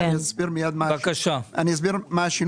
יש שינוי ואני מיד אסביר מה השינוי.